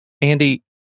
Andy